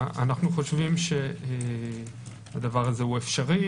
אנחנו חושבים שהדבר הזה הוא אפשרי,